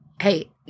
Hey